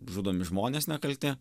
žudomi žmonės nekalti